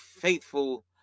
faithful